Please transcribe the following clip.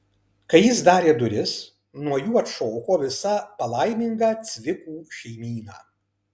kai jis darė duris nuo jų atšoko visa palaiminga cvikų šeimyna